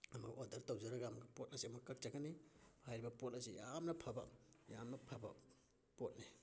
ꯑꯃꯨꯛ ꯑꯣꯔꯗꯔ ꯇꯧꯖꯔꯒ ꯑꯃꯨꯛ ꯄꯣꯠ ꯑꯁꯤ ꯑꯃꯨꯛ ꯀꯛꯆꯒꯅꯤ ꯍꯥꯏꯔꯤꯕ ꯄꯣꯠ ꯑꯁꯤ ꯌꯥꯝꯅ ꯐꯕ ꯌꯥꯝꯅ ꯐꯕ ꯄꯣꯠꯅꯤ